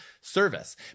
service